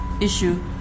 issue